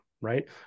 right